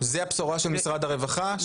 זו הבשורה של משרד הרווחה?